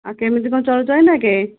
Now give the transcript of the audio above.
ଆଉ କେମିତି କ'ଣ ଚଳୁଛ ଏଇନାକେ